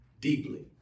deeply